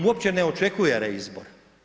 Uopće ne očekuje reizbor.